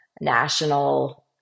national